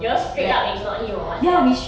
you all straight up ignored him or what sia